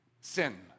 Sin